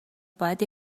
باید